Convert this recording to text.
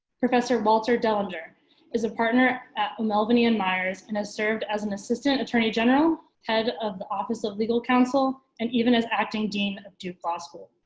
professor walter dellinger is a partner at o'melveny and myers and has served as an assistant attorney general, head of the office of legal counsel, and even as acting dean of duke law school.